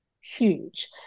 huge